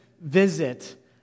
visit